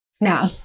Now